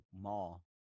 mall